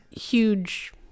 huge